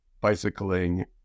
bicycling